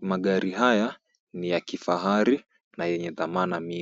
Magari haya ni ya kifahari na yenye thamani mingi.